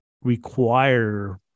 require